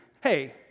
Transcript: hey